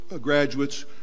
graduates